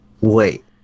Wait